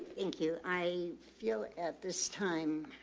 thank you. i feel at this time,